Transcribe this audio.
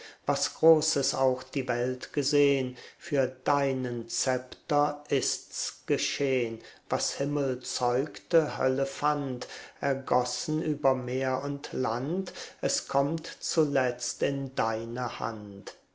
was großes auch die welt gesehn für deinen zepter ist's geschehn was himmel zeugte hölle fand ergossen über meer und land es kommt zuletzt in deine hand